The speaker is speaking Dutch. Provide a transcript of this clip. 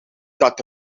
dat